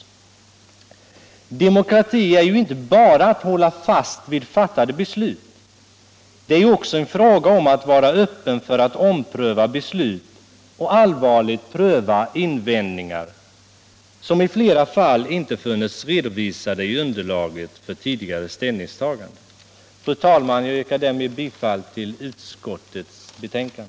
Demokrati är inte bara att hålla fast vid fattade beslut — det är också en fråga om att vara öppen för att ompröva beslut och allvarligt pröva invändningar, som i flera fall inte funnits redovisade i underlaget för tidigare ställningstaganden. Fru talman! Jag yrkar därmed bifall till utskottets hemställan.